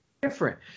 different